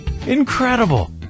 Incredible